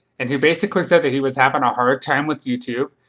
and, he basically said that he was having a hard time with youtube.